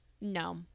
No